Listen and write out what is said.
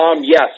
Yes